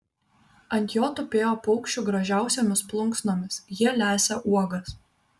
ant jo tupėjo paukščių gražiausiomis plunksnomis jie lesė uogas